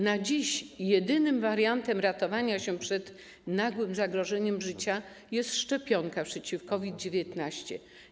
Na dziś jedynym wariantem ratowania się przed nagłym zagrożeniem życia jest szczepionka przeciw COVID-19.